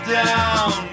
down